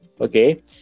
okay